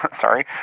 Sorry